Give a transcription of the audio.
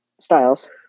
Styles